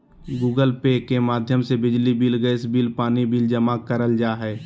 Google Pay के माध्यम से बिजली बिल, गैस बिल, पानी बिल जमा करल जा हय